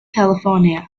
california